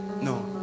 No